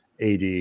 AD